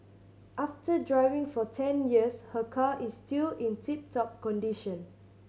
after driving for ten years her car is still in tip top condition